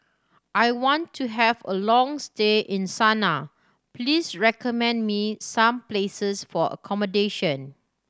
I want to have a long stay in Sanaa please recommend me some places for accommodation